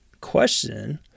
question